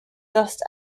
dust